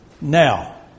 Now